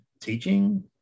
teaching